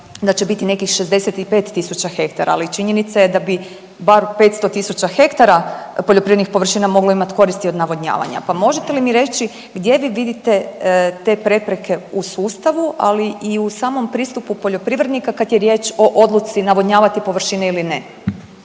da će biti nekih 65 tisuća hektara, ali činjenica je da bi baš 500 tisuća hektara poljoprivrednih površina moglo imati koristi od navodnjavanja. Pa možete li mi reći gdje vi vidite te prepreke u sustavu, ali i u samom pristupu poljoprivrednika kad je riječ o odluci navodnjavati površine ili ne.